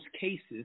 cases